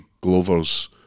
Glover's